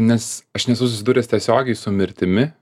nes aš nesu susidūręs tiesiogiai su mirtimi